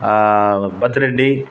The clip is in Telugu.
బత్తి రెడ్డి